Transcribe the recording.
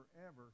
forever